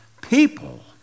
people